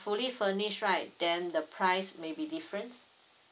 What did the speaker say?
fully furnished right then the price may be different